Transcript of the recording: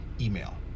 email